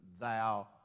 thou